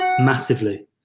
massively